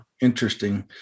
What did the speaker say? interesting